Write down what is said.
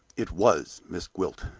it was miss gwilt.